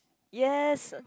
yes